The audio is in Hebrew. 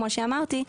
כמו שאמרתי,